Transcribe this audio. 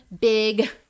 big